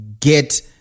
Get